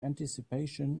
anticipation